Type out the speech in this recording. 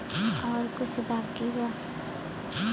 और कुछ बाकी बा?